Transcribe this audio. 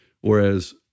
Whereas